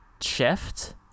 shift